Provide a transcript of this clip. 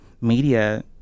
media